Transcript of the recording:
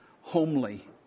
homely